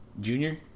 Junior